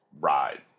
ride